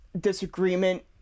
disagreement